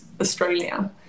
Australia